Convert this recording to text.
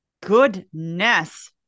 Goodness